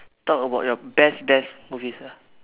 talk about your best best movies ah